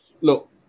look